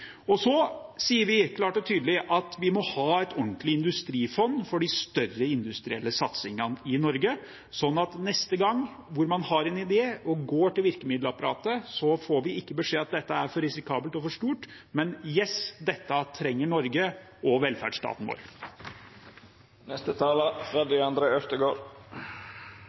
Så sier vi klart og tydelig at vi må ha et ordentlig industrifond for de større industrielle satsingene i Norge, slik at neste gang man har en idé og går til virkemiddelapparatet, får man ikke beskjed om at dette er for risikabelt og for stort, men man får høre: Ja, dette trenger Norge og velferdsstaten vår.